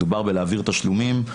מדובר בהעברת תשלומים.